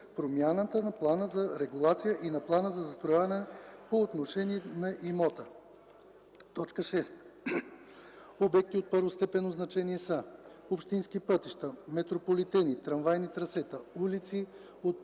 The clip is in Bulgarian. на плана за регулация и на плана за застрояване по отношение на имота. 6. „Обекти от първостепенно значение” са: общински пътища, метрополитени, трамвайни трасета, улици от